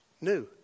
new